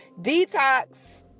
Detox